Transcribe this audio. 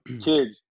kids